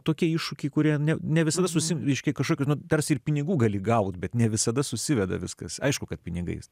tokie iššūkiai kurie ne visada susiriški kažkokį dar ir pinigų gali gauti bet ne visada susiveda viskas aišku kad pinigais